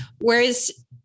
whereas